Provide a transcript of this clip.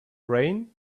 rain